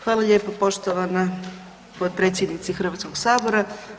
Hvala lijepo poštovana potpredsjednice Hrvatskog sabora.